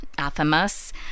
Athamas